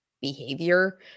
behavior